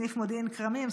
סניף מודיעין כרמים,